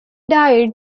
died